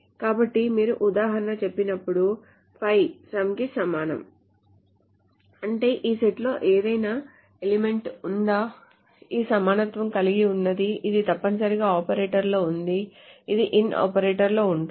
కాబట్టి మీరు ఉదాహరణగా చెప్పినప్పుడు 5 some కి సమానం అంటే ఈ సెట్లో ఏదైనా ఎలిమెంట్ ఉందా ఈ సమానత్వం కలిగి ఉన్నది ఇది తప్పనిసరిగా ఆపరేటర్లో ఉంది ఇది in ఆపరేటర్లో ఉంటుంది